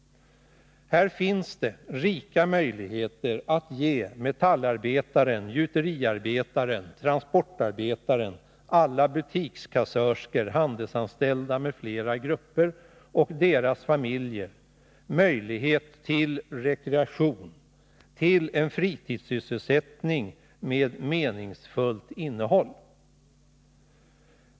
Här finns det rika tillfällen att ge metallarbetaren, gjuteriarbetaren, transportarbetaren, alla butikskassörskor, handelsanställda m.fl. grupper och deras familjer möjlighet till rekreation och en fritidssysselsättning med meningsfullt innehåll.